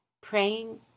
praying